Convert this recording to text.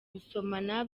gusomana